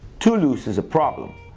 too loose is a problem.